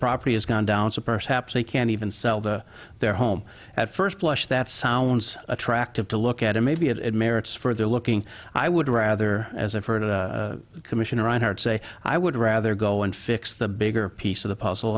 property has gone down suppress haps they can even sell the their home at first blush that sounds attractive to look at it maybe it merits further looking i would rather as i've heard a commissioner rinehart say i would rather go and fix the bigger piece of the puzzle